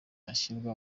ashyirwa